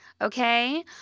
okay